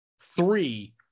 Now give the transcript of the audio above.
three